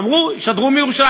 אמרו: ישדרו מירושלים.